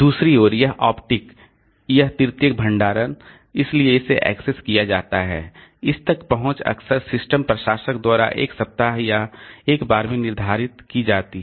दूसरी ओर यह ऑप्टिक यह तृतीयक भंडारण इसलिए इसे एक्सेस किया जाता है इस तक पहुंच अक्सर सिस्टम प्रशासक द्वारा एक सप्ताह या एक बार में निर्धारित की जाती है